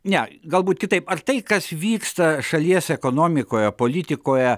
ne galbūt kitaip ar tai kas vyksta šalies ekonomikoje politikoje